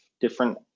different